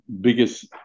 biggest